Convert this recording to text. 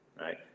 right